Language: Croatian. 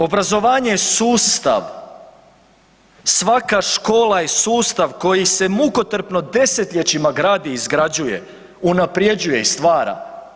Obrazovanje je sustav, svaka škola je sustav koji se mukotrpno, desetljećima gradi i izgrađuje, unapređuje i stvara.